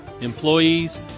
employees